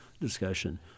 discussion